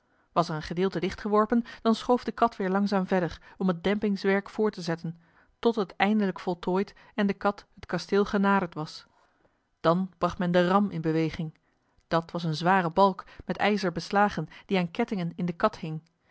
was er een gedeelte dichtgeworpen dan schoof de kat weer langzaam verder om het dempingswerk voort te zetten tot het eindelijk voltooid en de kat het kasteel genaderd was dan bracht men den ram in beweging dat was een zware balk met ijzer beslagen die aan kettingen in de